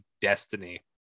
destiny